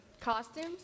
Costumes